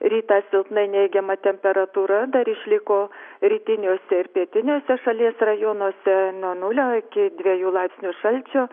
rytą silpna neigiama temperatūra dar išliko rytiniuose ir pietiniuose šalies rajonuose nuo nulio iki dviejų laipsnių šalčio